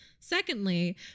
Secondly